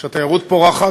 כשהתיירות פורחת,